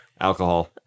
alcohol